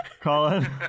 Colin